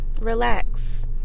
Relax